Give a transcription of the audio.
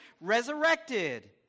resurrected